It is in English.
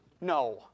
No